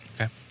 Okay